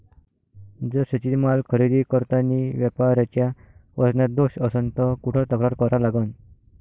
जर शेतीमाल खरेदी करतांनी व्यापाऱ्याच्या वजनात दोष असन त कुठ तक्रार करा लागन?